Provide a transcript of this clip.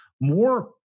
more